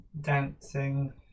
dancing